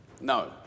No